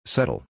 Settle